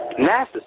NASA